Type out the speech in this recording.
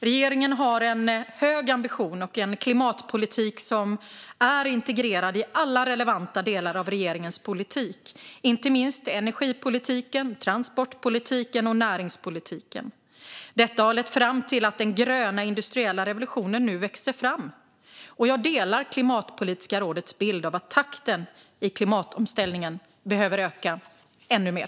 Regeringen har en hög ambition och en klimatpolitik som är integrerad i alla relevanta delar av regeringens politik, inte minst energipolitiken, transportpolitiken och näringspolitiken. Detta har lett fram till att den gröna industriella revolutionen nu växer fram. Jag delar Klimatpolitiska rådets bild att takten i klimatomställningen behöver öka ännu mer.